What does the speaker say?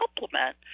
supplement